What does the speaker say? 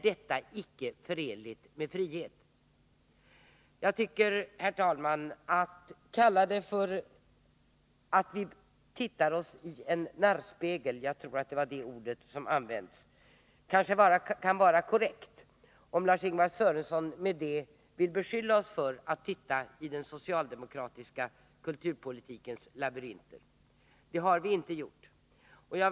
Detta är inte förenligt med frihet. Att säga att vi tittar oss i en narrspegel — jag tror det var det uttryck som Lars-Ingvar Sörenson använde — kan kanske vara korrekt om Lars-Ingvar Sörenson med det vill beskylla oss för att leta i den socialdemokratiska kulturpolitikens labyrinter. Det har vi emellertid inte gjort.